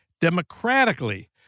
democratically